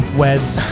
weds